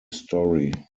story